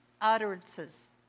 utterances